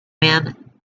men